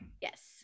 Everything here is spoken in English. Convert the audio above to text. Yes